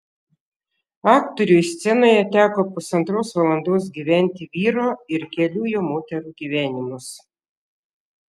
aktoriui scenoje teko pusantros valandos gyventi vyro ir kelių jo moterų gyvenimus